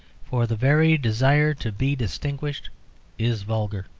for the very desire to be distinguished is vulgar.